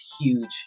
huge